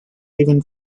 even